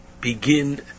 begin